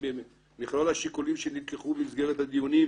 במכלול השיקולים שנלקחו במסגרת הדיונים